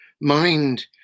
mind